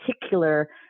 particular